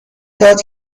داد